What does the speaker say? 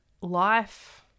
life